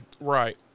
Right